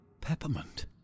Peppermint